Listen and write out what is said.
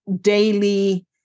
daily